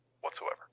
whatsoever